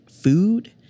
food